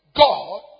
God